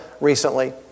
recently